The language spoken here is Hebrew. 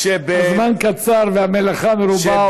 הזמן קצר והמלאכה מרובה,